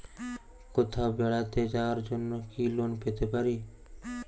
কোথাও বেড়াতে যাওয়ার জন্য কি লোন পেতে পারি?